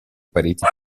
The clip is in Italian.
pareti